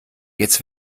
jetzt